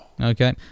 Okay